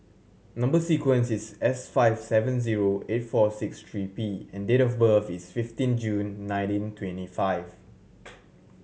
number sequence is S five seven zero eight four six three P and date of birth is fifteen June nineteen twenty five